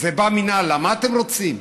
זה בא מן אללה, מה אתם רוצים?